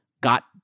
got